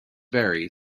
vary